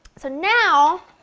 so now,